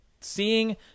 seeing